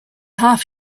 half